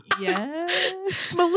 Yes